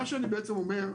מה שאני בעצם אומר,